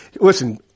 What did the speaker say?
listen